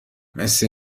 مثل